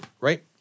Right